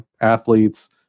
athletes